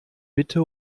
bitte